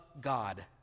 God